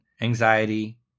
anxiety